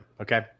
Okay